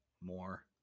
more